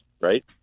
Right